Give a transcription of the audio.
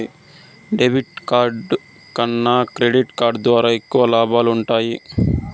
debit card కన్నా credit card ద్వారా ఎక్కువ లాబాలు వుంటయ్యి